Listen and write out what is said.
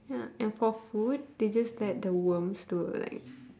ya and for food they just get the worms to like